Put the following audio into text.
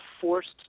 forced